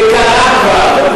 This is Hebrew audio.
זה קרה כבר,